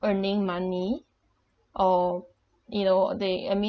earning money or you know they I mean